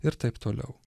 ir taip toliau